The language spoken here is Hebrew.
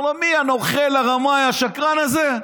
אומר לו: מי, הנוכל, הרמאי, השקרן הזה?